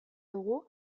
dugu